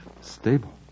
Stable